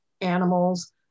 animals